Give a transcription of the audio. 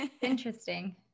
Interesting